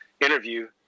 interview